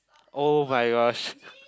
oh-my-gosh